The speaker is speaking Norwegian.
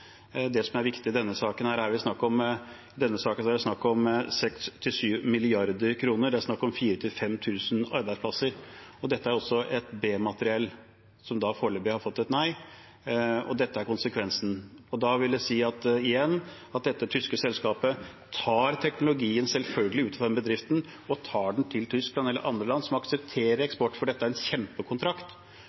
Det som er viktig i denne saken, er at det er snakk om 6–7 mrd. kr, og det er snakk om 4 000–5 000 arbeidsplasser. Dette er B-materiell, som foreløpig har fått nei, og dette er konsekvensen. Da vil det igjen si at dette tyske selskapet selvfølgelig tar teknologien ut fra den bedriften og til Tyskland eller andre land som aksepterer eksport, for dette er en kjempekontrakt.